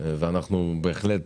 אנחנו בהחלט